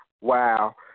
Wow